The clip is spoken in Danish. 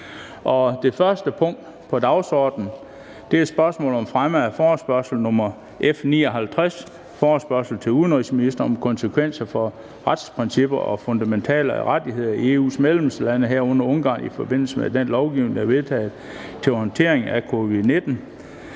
Det første punkt på dagsordenen er: 1) Spørgsmål om fremme af forespørgsel nr. F 59: Forespørgsel til udenrigsministeren om konsekvenser for retsstatsprincipper og fundamentale rettigheder i EU's medlemslande, herunder i Ungarn i forbindelse med den lovgivning, der er vedtaget til håndteringen af covid-19.